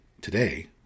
today